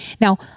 Now